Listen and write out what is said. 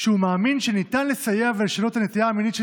שהוא מאמין שניתן לסייע ולשנות את הנטייה המינית של